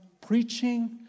preaching